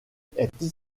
est